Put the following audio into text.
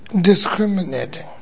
discriminating